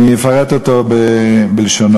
אפרט אותו בלשונו.